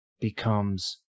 Becomes